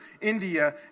India